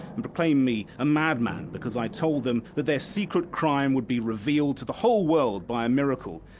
and proclaim me a madman because i told them that their secret crime would be revealed to the whole world by a miracle,